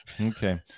Okay